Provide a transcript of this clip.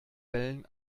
wellen